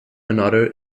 another